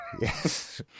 Yes